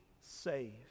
saved